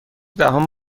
دهم